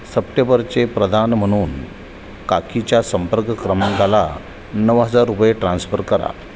सप्टेबरचे प्रदान म्हणून काकीच्या संपर्क क्रमांकाला नऊ हजार रुपये ट्रान्स्फर करा